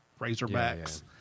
Razorbacks